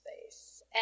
space